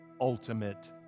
ultimate